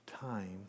time